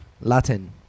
Latin